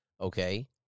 okay